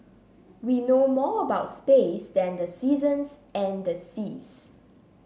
we know more about space than the seasons and the seas